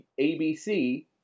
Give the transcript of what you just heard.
ABC